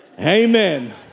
amen